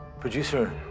producer